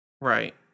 Right